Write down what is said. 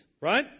right